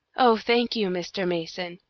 oh, thank you, mr. mason,